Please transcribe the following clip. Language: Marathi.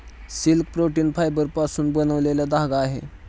सिल्क प्रोटीन फायबरपासून बनलेला धागा आहे